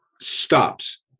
stops